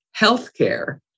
Healthcare